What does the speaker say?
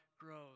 grows